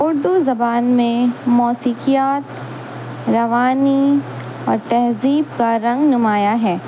اردو زبان میں موسیقیات روانی اور تہذیب کا رنگ نمایاں ہے